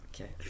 Okay